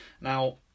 now